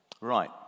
Right